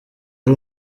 ari